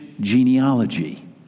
genealogy